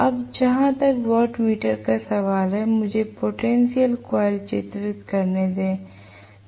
अब जहां तक वाटमीटर का सवाल है मुझे पोटेंशियल कॉइल चित्रित करने दें